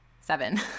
seven